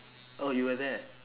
oh you were there